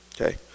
Okay